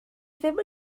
ddim